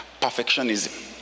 perfectionism